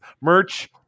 Merch